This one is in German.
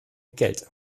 geld